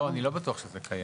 לא, אני לא בטוח שזה קיים.